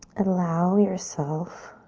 allow yourself